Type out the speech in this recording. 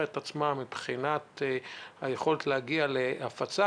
את עצמה מבחינת היכולת להגיע להפצה,